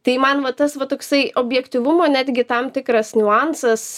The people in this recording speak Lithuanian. tai man va tas va toksai objektyvumo netgi tam tikras niuansas